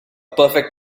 perfect